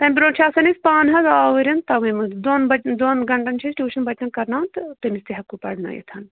تَمہِ برٛونٛٹھ چھِ آسان أسۍ پانہٕ حظ آوٕرۍ تَوَے منٛز دۄن بَچن دۄن گنٛٹن چھِ أسۍ ٹیٛوٗشَن بَچَن کَرناوَن تہٕ تٔمِس تہِ ہیٚکو پَرنٲوِتھ